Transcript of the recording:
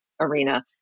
arena